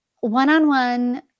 one-on-one